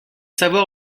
savoir